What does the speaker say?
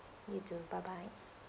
you too bye bye